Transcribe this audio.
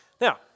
Now